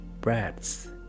breaths